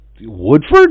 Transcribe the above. woodford